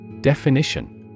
Definition